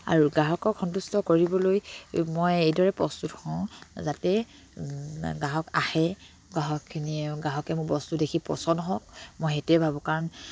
আৰু গ্ৰাহকক সন্তুষ্ট কৰিবলৈ মই এইদৰে প্ৰস্তুত হওঁ যাতে গ্ৰাহক আহে গ্ৰাহকখিনি গ্ৰাহকে মোৰ বস্তু দেখি পচন্দ হওক মই সেইটোৱে ভাবোঁ কাৰণ